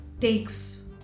takes